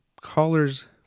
callers